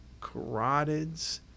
carotids